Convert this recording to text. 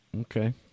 Okay